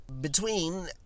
Between